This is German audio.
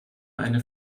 eine